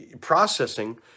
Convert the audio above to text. processing